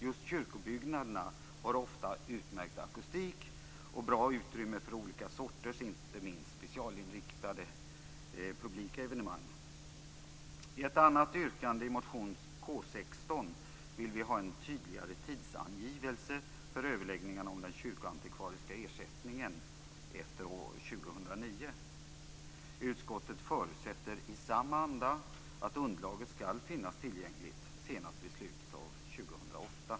Just kyrkobyggnaderna har ofta utmärkt akustik och bra utrymme för olika sorters, inte minst specialinriktade, publika evenemang. I ett annat yrkande, i motion K16, vill vi ha en tydligare tidsangivelse för överläggningarna om den kyrkoantikvariska ersättningen efter år 2009. Utskottet förutsätter i samma anda att underlaget skall finnas tillgängligt senast vid slutet av år 2008.